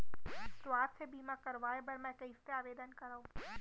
स्वास्थ्य बीमा करवाय बर मैं कइसे आवेदन करव?